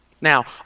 Now